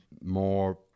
more